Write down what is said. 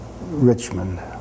Richmond